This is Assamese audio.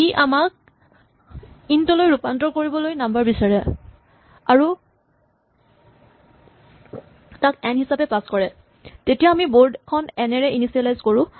ই আমাক ইন্ট লৈ ৰূপান্তৰ কৰিবলৈ নাম্বাৰ বিচাৰে আৰু তাক এন হিচাপে পাছ কৰে তেতিয়া আমি বৰ্ড খন এন ৰে ইনিচিয়েলাইজ কৰো